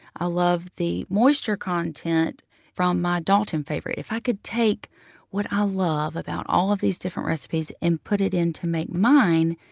i loved the moisture content from my dalton favorite. if i could take what i love about all of these different recipes and put it in to make mine,